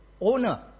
owner